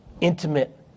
intimate